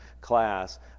class